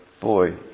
boy